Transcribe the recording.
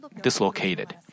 dislocated